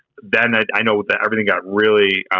then i know that everything got really,